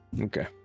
Okay